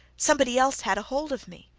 somebody else had a hold of me.